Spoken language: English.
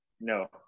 No